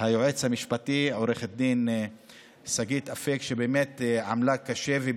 היועץ המשפטי עו"ד שגית אפיק, שבאמת עמלה קשה.